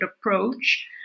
approach